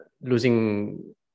losing